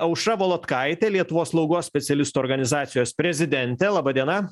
aušra volodkaitė lietuvos slaugos specialistų organizacijos prezidentė laba diena